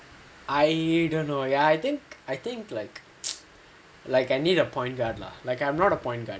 I don't know I think I think like like I need a point guard lah like I'm not a point guard